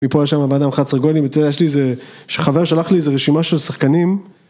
מפה לשם הבנאדם אחד עשרה גולים ותראה יש לי איזה.. חבר שלח לי איזה רשימה של שחקנים